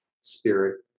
spirit